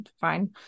fine